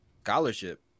scholarship